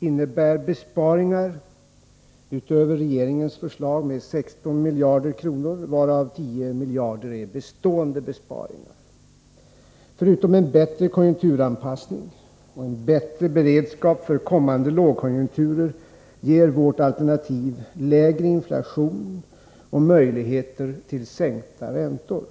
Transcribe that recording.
innebär besparingar utöver regeringens förslag med 16 miljarder kronor, varav 10 miljarder är bestående besparingar. Förutom en bättre konjunkturanpassning och en bättre beredskap för kommande lågkonjunkturer ger vårt alternativ lägre inflation och möjligheter till sänkta räntor.